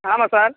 ஆமாம் சார்